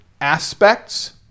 aspects